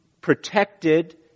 protected